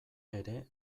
ere